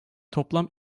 toplam